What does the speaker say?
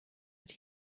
but